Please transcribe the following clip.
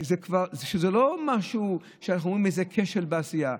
זה כבר לא משהו שאנחנו אומרים עליו כשל בעשייה,